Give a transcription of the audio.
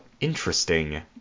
Interesting